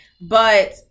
But-